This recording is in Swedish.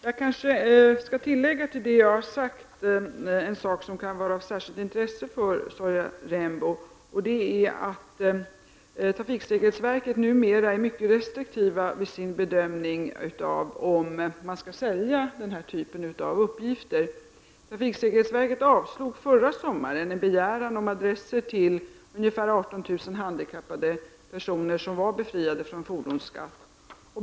Herr talman! Jag skall till det jag har sagt tidigare foga en uppgift som kan vara av särskilt intresse för Sonja Rembo. Trafiksäkerhetsverket är nämligen numera mycket restriktivt vid sin bedömning av om man skall sälja denna typ av uppgifter. Trafiksäkerhetsverket avslog förra sommaren en begäran om adresser till ungefär 18 000 handikappade personer som var befriade från fordonsskatt.